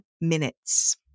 minutes